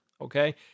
Okay